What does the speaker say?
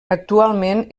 actualment